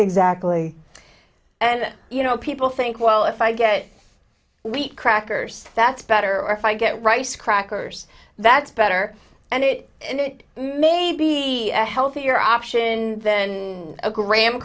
exactly and you know people think well if i get wheat crackers that's better or if i get rice crackers that's better and it may be a healthier option than a gra